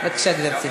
בבקשה, גברתי.